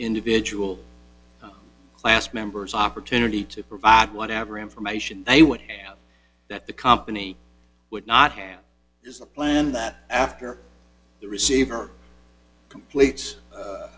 individual class members opportunity to provide whatever information they would have that the company would not have is a plan that after the receiver completes